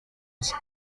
isi